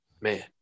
man